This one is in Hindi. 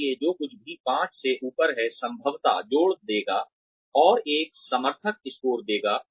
इसलिए जो कुछ भी पांच से ऊपर है संभवतः जोड़ देगा और एक समर्थक स्कोर देगा